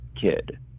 kid